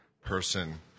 person